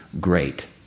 great